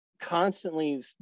constantly